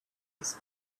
his